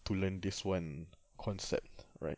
to learn this one concept right